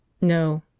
No